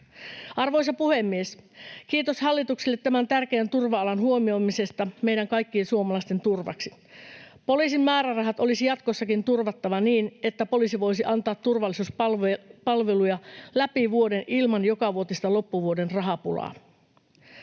Arvoisa puhemies! Kiitos hallitukselle tämän tärkeän turva-alan huomioimisesta meidän kaikkien suomalaisten turvaksi. Poliisin määrärahat olisi jatkossakin turvattava niin, että poliisi voisi antaa turvallisuuspalveluja läpi vuoden ilman jokavuotista loppuvuoden rahapulaa.